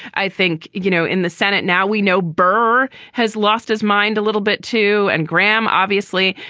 i think, you know, in the senate now, we know burr has lost his mind a little bit, too. and graham, obviously,